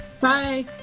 Bye